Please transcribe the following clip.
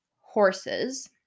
horses